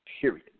period